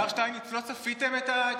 השר שטייניץ, לא צפיתם את הגידול,